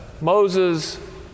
Moses